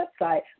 website